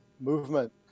movement